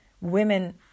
women